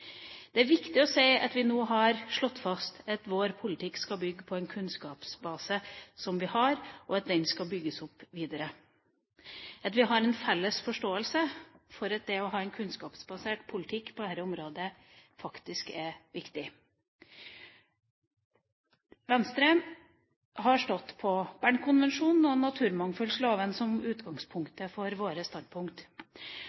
Det er viktig å si at vi nå har slått fast at vår politikk skal bygge på en kunnskapsbase vi har, at den skal bygges opp videre, og at vi har en felles forståelse for at det å ha en kunnskapsbasert politikk på dette området faktisk er viktig. Venstre har hatt Bern-konvensjonen og naturmangfoldsloven som utgangspunkt